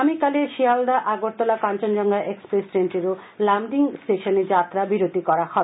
আগামীকালের শিয়ালদহ আগরতলা কাঞ্চনজখ্বা এক্সপ্রেস ট্রেনটির লামডিং স্টেশনে যাত্রা বিরতি করা হবে